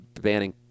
banning